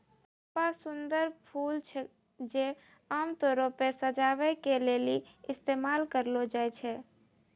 चंपा सुंदर फूल छै जे आमतौरो पे सजाबै के लेली इस्तेमाल करलो जाय छै